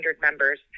members